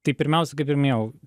tai pirmiausia kaip ir minėjau